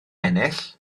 ennill